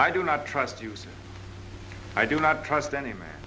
i do not trust you i do not trust any